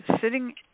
sitting